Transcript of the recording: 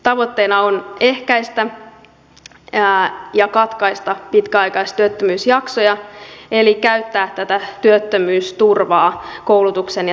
tavoitteena on ehkäistä ja katkaista pitkäaikaistyöttömyysjaksoja eli käyttää tätä työttömyysturvaa koulutuksen ja työllistymisen tukena